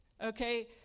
Okay